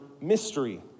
mystery